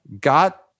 got